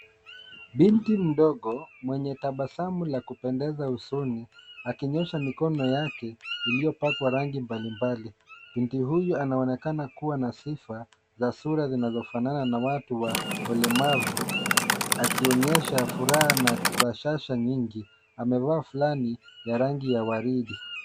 Binti mdogo mwenye tabasamu la kupendeza usoni akinyoosha mikono yake iliyopakwa rangi mbali mbali. Binti huyu anaonekana kuwa na sifa za sura zinazofanana na watu wa walemavu, akionyesha furaha na bashasha nyingi. Amevaa fulana ya rangi ya waridi.